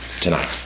tonight